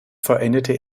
vollendete